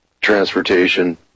transportation